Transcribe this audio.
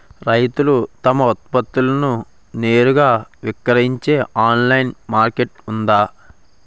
రైతులు తమ ఉత్పత్తులను నేరుగా విక్రయించే ఆన్లైన్ మార్కెట్ ఉందా?